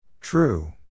True